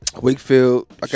Wakefield